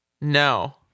No